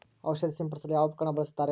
ಔಷಧಿ ಸಿಂಪಡಿಸಲು ಯಾವ ಉಪಕರಣ ಬಳಸುತ್ತಾರೆ?